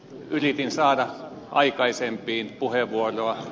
yritin saada aikaisempiin puheenvuoro